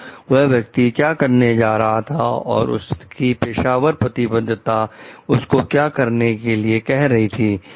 तो वह आदमी क्या करने जा रहा था और उसकी पेशेवर प्रतिबद्धता उसको क्या करने के लिए कह रही थी